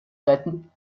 retten